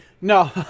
no